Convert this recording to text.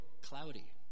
cloudy